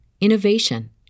innovation